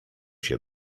się